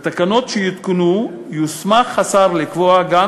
בתקנות שיותקנו יוסמך השר לקבוע גם